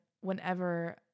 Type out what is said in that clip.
whenever